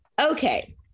okay